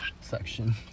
section